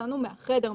יצאנו מהחדר,